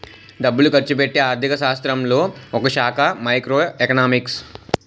డబ్బులు ఖర్చుపెట్టే ఆర్థిక శాస్త్రంలో ఒకశాఖ మైక్రో ఎకనామిక్స్